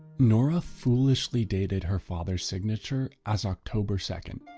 nora foolishly dated her father's signature as october second,